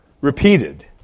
repeated